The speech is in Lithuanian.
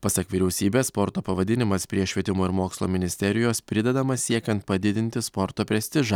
pasak vyriausybės sporto pavadinimas prie švietimo ir mokslo ministerijos pridedamas siekiant padidinti sporto prestižą